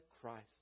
Christ